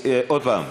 עוד פעם,